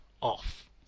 Off